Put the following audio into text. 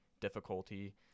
difficulty